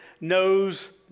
knows